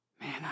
man